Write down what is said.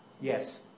yes